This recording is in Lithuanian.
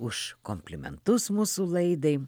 už komplimentus mūsų laidai